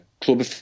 club